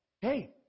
hey